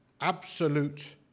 absolute